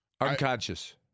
unconscious